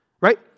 right